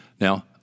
Now